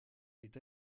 est